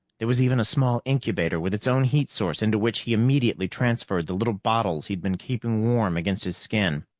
there was even a small incubator with its own heat source into which he immediately transferred the little bottles he'd been keeping warm against his skin.